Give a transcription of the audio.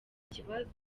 ikibazo